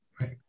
right